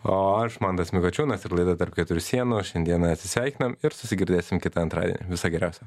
o aš mantas mikočiūnas ir laida tarp keturių sienų šiandieną atsisveikinam ir susigirdėsim kitą antradienį viso geriausio